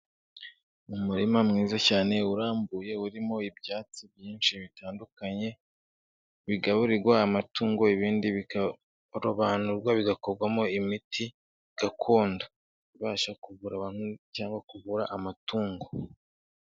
Umuririma mwiza cyane urambuye urimo ibyatsi byinshi bitandukanye, bigaburirwa amatungo, ibindi bikarobanurwa bigakorwamo imiti gakondo, ibasha ku kuvura abantu cyangwa kuvura amatungo.